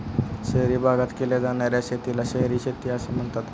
शहरी भागात केल्या जाणार्या शेतीला शहरी शेती असे म्हणतात